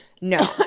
No